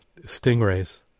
Stingrays